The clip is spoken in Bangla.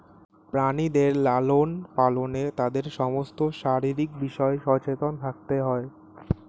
প্রাণীদের লালন পালনে তাদের সমস্ত শারীরিক বিষয়ে সচেতন থাকতে হয়